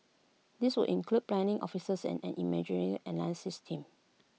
these would include planning officers and an imagery analysis team